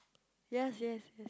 yes yes